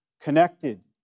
connected